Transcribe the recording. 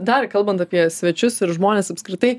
dar kalbant apie svečius ir žmones apskritai